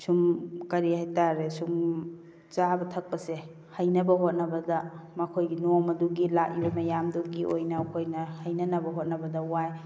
ꯁꯨꯝ ꯀꯔꯤ ꯍꯥꯏꯇꯥꯔꯦ ꯁꯨꯝ ꯆꯥꯕ ꯊꯛꯄꯁꯦ ꯍꯩꯅꯕ ꯍꯣꯠꯅꯕꯗ ꯃꯈꯣꯏꯒꯤ ꯅꯣꯡꯃꯗꯨꯒꯤ ꯂꯥꯛꯏꯕ ꯃꯌꯥꯝꯗꯨꯒꯤ ꯑꯣꯏꯅ ꯑꯩꯈꯣꯏꯅ ꯍꯩꯅꯅꯕ ꯍꯣꯠꯅꯕꯗ ꯋꯥꯏ